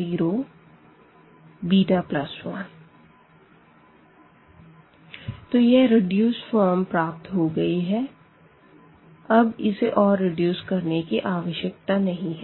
0 1 तो यह reduced form प्राप्त हो गई है अब इसे और रिड्यूस करने की आवश्यकता नहीं है